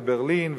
לברלין,